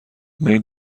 میل